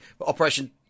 Operation